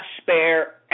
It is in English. spare